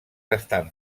estan